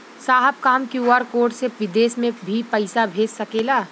साहब का हम क्यू.आर कोड से बिदेश में भी पैसा भेज सकेला?